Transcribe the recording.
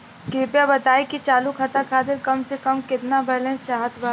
कृपया बताई कि चालू खाता खातिर कम से कम केतना बैलैंस चाहत बा